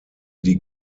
die